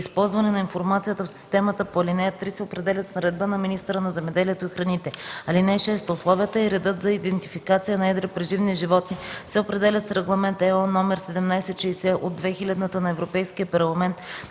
използване на информацията в системата по ал. 3 се определят с наредба на министъра на земеделието и храните. (6) Условията и редът за идентификация на едри преживни животни се определят с Регламент (ЕО) № 1760/2000 на Европейския парламент